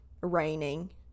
raining